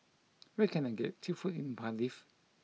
where can I get cheap food in Cardiff